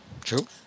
True